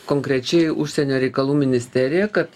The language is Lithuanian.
konkrečiai užsienio reikalų ministerija kad